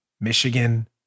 Michigan